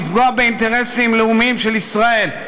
לפגוע באינטרסים לאומיים של ישראל,